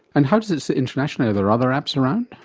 and how does it sit internationally? are there other apps around?